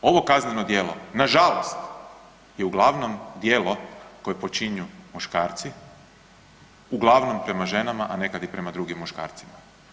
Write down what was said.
Ovo kazneno djelo nažalost je uglavnom djelo koje počine muškarci uglavnom prema ženama, a nekad i prema drugim muškarcima.